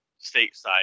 stateside